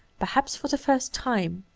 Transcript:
perhaps for the first time,